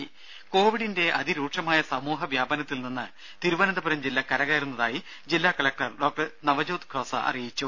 ദേദ കോവിഡിന്റെ അതിരൂക്ഷമായ സമൂഹ വ്യാപനത്തിൽ നിന്ന് തിരുവനന്തപുരം ജില്ല കരകയറുന്നതായി ജില്ലാ കലക്ടർ ഡോക്ടർ നവ്ജ്യോത് ഖോസ അറിയിച്ചു